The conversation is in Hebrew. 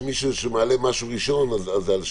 שמי שמעלה משהו ראשון אז זה על שמו.